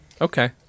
okay